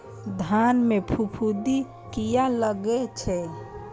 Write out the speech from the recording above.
धान में फूफुंदी किया लगे छे?